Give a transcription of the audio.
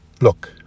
Look